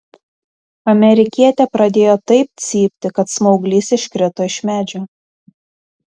amerikietė pradėjo taip cypti kad smauglys iškrito iš medžio